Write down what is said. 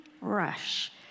rush